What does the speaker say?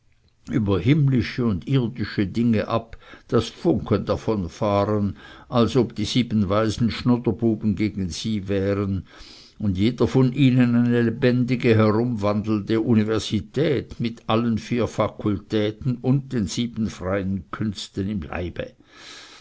über himmlische und irdische dinge ab daß funken davonfahren als ob die sieben weisen schnuderbuben gegen sie wären und jeder von ihnen eine lebendige herumwandelnde universität mit allen vier fakultäten und den sieben freien künsten im leibe